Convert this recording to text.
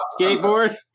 skateboard